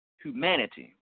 humanity